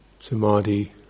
samadhi